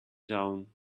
down